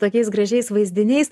tokiais gražiais vaizdiniais